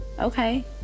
okay